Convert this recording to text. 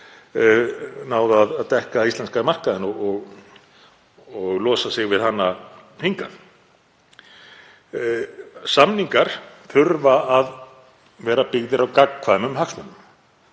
náð að dekka íslenska markaðinn og losa sig við hana hingað. Samningar þurfa að vera byggðir á gagnkvæmum hagsmunum.